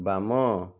ବାମ